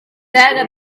terra